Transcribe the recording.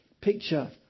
picture